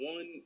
One